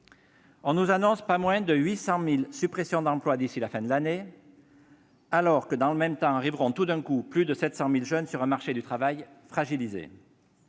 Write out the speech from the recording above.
On nous annonce pas moins de 800 000 suppressions d'emplois d'ici à la fin de l'année, alors que, dans le même temps, arriveront tout d'un coup plus de 700 000 jeunes sur un marché du travail fragilisé.